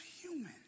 human